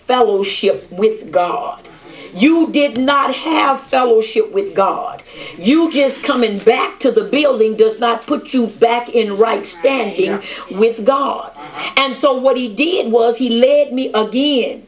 fellowship with god you did not have fellowship with god you just coming back to the building does not put you back in right standing with god and so what he did was he led me again